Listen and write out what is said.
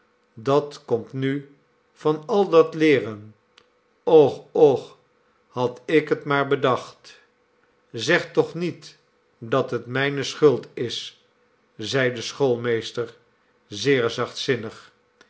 dat komt nu van al dat leeren och och had ik het maar bedacht zeg toch niet dat het mijne schuld is zeide de schoolmeester zeer